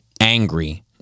angry